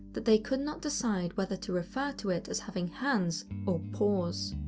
that they could not decide whether to refer to it as having hands or paws.